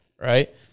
right